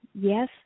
yes